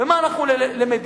ומה אנחנו למדים?